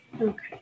okay